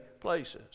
places